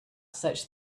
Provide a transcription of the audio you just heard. such